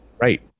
Right